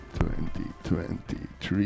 2023